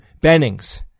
Bennings